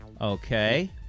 okay